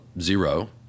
zero